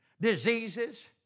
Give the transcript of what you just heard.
diseases